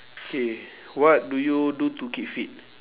K what do you do to keep fit